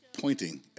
pointing